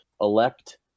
elect